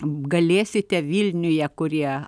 galėsite vilniuje kurie